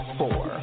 four